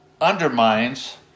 undermines